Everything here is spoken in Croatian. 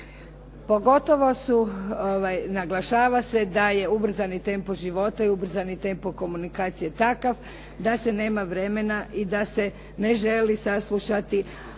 Pogotovo naglašava se da je ubrzani tempo života i ubrzani tempo komunikacije takav da se nema vremena i da se ne želi saslušati ako